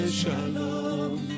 shalom